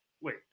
wait